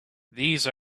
these